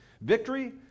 victory